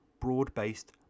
broad-based